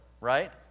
right